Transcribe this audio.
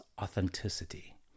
authenticity